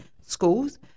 schools